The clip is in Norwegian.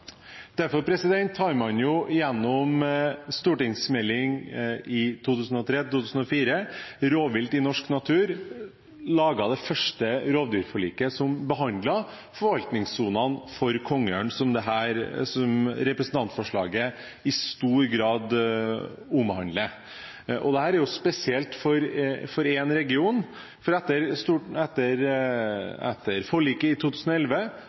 Derfor laget man gjennom St.meld. nr. 15 for 2003–2004, Rovvilt i norsk natur, det første rovviltforliket, som behandlet forvaltningssonene for kongeørn, som dette representantforslaget i stor grad omhandler. Dette er spesielt for én region, for etter forliket i 2011